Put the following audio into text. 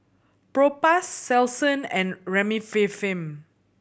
Propass Selsun and Remifemin